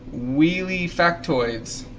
wheelyfactoids.